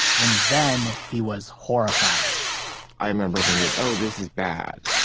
and then, he was horrified i remember thinking, oh, this is bad.